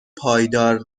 پایدار